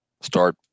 start